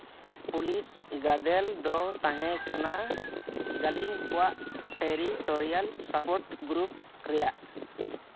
police ᱜᱟᱫᱮᱞ ᱫᱚ ᱛᱟᱦᱮᱸᱠᱟᱱᱟ ᱜᱟᱹᱞᱤᱢ ᱠᱚᱣᱟᱜ ᱴᱮᱨᱤᱴᱚᱨᱤᱭᱟᱞ ᱥᱟᱯᱚᱨᱴ ᱜᱨᱩᱯ ᱨᱮᱭᱟᱜ